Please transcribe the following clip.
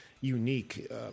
unique